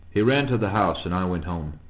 he ran to the house, and i went home.